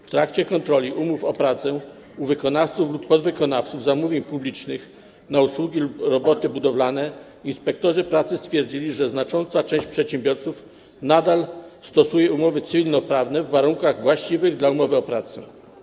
W trakcie kontroli umów o pracę u wykonawców lub podwykonawców zamówień publicznych na usługi lub roboty budowlane inspektorzy pracy stwierdzili, że znacząca część przedsiębiorców nadal stosuje umowy cywilnoprawne w warunkach właściwych dla umowy o pracę.